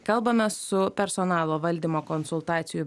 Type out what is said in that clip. kalbame su personalo valdymo konsultacijų